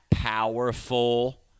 Powerful